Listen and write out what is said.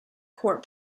court